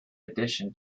addition